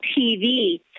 TV